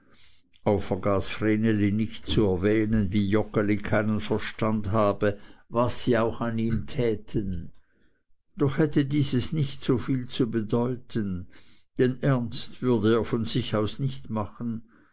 vergaß vreneli nicht zu erwähnen wie joggeli keinen verstand habe was sie auch an ihm täten doch hätte dieses so viel nicht zu bedeuten denn ernst würde er von sich aus nicht machen